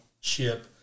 ship